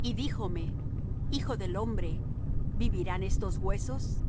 y díjome hijo del hombre vivirán estos huesos